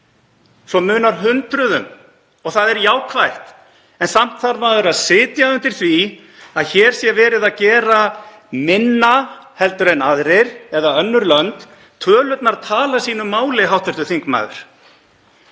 svo munar hundruðum. Það er jákvætt. En samt þarf maður að sitja undir því að hér sé verið að gera minna en aðrir eða önnur lönd. Tölurnar tala sínu máli, hv. þingmaður.